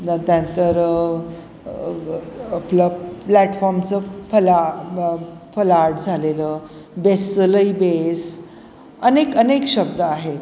जातात तर आपलं प्लॅटफॉर्मचं फला फलाट झालेलं बेस्लई बेस अनेक अनेक शब्द आहेत